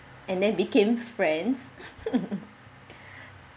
and then became friends